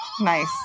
Nice